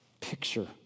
picture